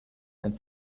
and